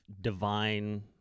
divine